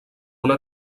una